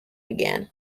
again